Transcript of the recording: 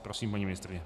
Prosím, paní ministryně.